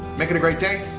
make it a great day.